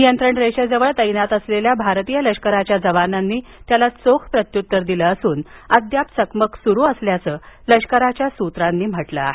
नियंत्रण रेषेजवळ तैनात असलेल्या भारतीय लष्कराच्या जवानांनी त्यास चोख प्रत्युत्तर दिलं असून अद्याप चकमक स्रु असल्याचं लष्कराच्या सूत्रांनी म्हटलं आहे